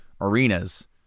arenas